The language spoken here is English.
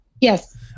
Yes